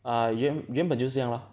err 原原本就是这样 lor